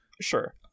Sure